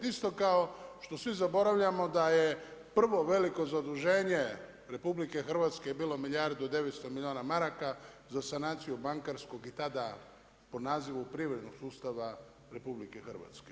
Isto kao što svi zaboravljamo da je prvo veliko zaduženje RH bilo milijardi u 900 milijuna maraka za sanaciju bankarskog i tada po nazivu privrednog sustava RH.